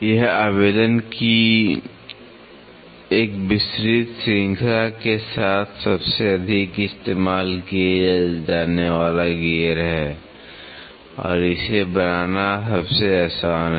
यह आवेदन की एक विस्तृत श्रृंखला के साथ सबसे अधिक इस्तेमाल किया जाने वाला गियर है और इसे बनाना सबसे आसान है